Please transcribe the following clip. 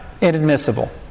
Inadmissible